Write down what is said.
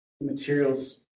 materials